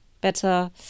better